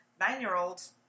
nine-year-olds